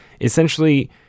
Essentially